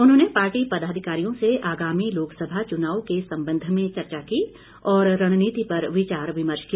उन्होंने पार्टी पदाधिकारियों से आगामी लोकसभा चुनाव के संबंध में चर्चा की और रणनीति पर विचार विमर्श किया